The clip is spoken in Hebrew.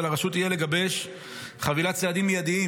על הרשות יהיה לגבש חבילת צעדים מיידיים,